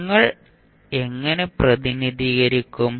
നിങ്ങൾ എങ്ങനെ പ്രതിനിധീകരിക്കും